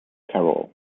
carroll